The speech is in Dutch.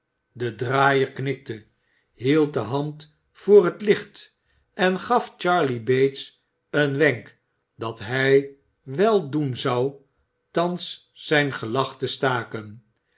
de draaier knikte hield de hand voor het licht en gaf charley bates een wenk dat hij wèl doen zou thans zijn gelach te staken